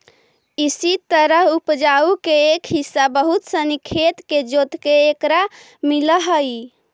इसी तरह उपज के एक हिस्सा बहुत सनी खेत के जोतके एकरा मिलऽ हइ